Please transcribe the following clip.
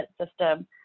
system